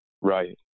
right